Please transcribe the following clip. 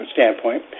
standpoint